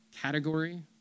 category